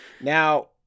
now